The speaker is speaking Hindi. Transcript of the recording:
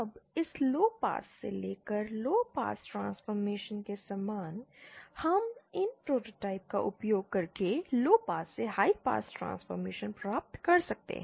अब इस लोपास से लेकर लोपास ट्रांसफ़ॉर्मेशन के समान हम इन प्रोटोटाइप का उपयोग करके लोपास से हाईपास ट्रांसफ़ॉर्मेशन प्राप्त कर सकते हैं